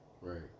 Right